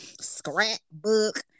scrapbook